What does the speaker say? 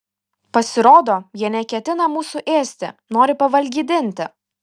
pasirodo jie neketina mūsų ėsti nori pavalgydinti